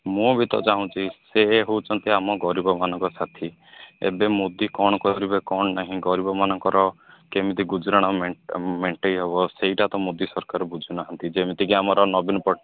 ମୁଁ ବି ତ ଚାଁହୁଛି ସେ ହେଉଛନ୍ତି ଆମ ଗରିବମାନଙ୍କ ସାଥି ଏବେ ମୋଦି କ'ଣ କରିବେ କ'ଣ ନାହିଁ ଗରିବମାନଙ୍କର କେମିତି ଗୁଜୁରାଣ ମେଣ୍ଟେଇ ହେବ ସେଇଟା ତ ମୋଦି ସରକାର ବୁଝୁ ନାହାନ୍ତି ଯେମିତିକି ଆମର ନବୀନ